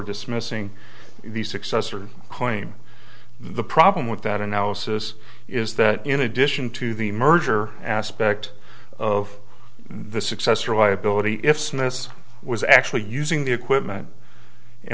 dismissing the successor claim the problem with that analysis is that in addition to the merger aspect of the success or liability if snus was actually using the equipment